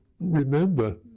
remember